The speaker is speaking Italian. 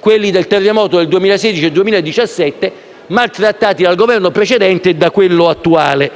quelli del terremoto del 2016-2017, maltrattati dal Governo precedente e da quello attuale.